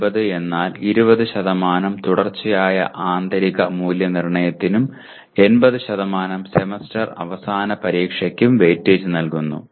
2080 എന്നാൽ 20 തുടർച്ചയായ ആന്തരിക മൂല്യനിർണ്ണയത്തിനും 80 സെമസ്റ്റർ അവസാന പരീക്ഷയ്ക്കും വെയിറ്റേജ് നൽകുന്നു